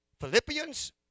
Philippians